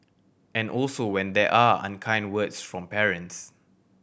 and also when there are unkind words from parents